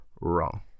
Wrong